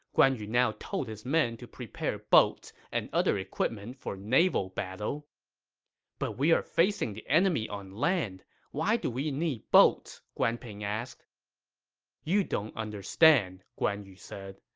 guan yu now told his men to prepare boats and other equipment for naval battle but we're facing the enemy on land why do we need boats? guan ping asked you guys don't understand, guan yu said.